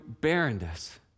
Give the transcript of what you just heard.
barrenness